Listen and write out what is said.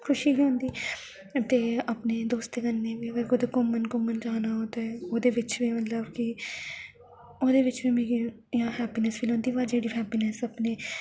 खुशी गै होंदी ते अपने दोस्तें कन्नै में कुदै घूमन घमन जाना ते ओह्दे बिच्च बी मतलब कि ओह्दे बिच्च बी मिगी इ'यां हैप्पीनैस फील होंदी पर जेह्ड़ी हैप्पीनैस अपने